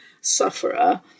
sufferer